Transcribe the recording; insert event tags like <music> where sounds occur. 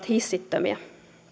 <unintelligible> hissittömiä